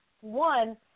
one